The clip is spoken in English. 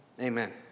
Amen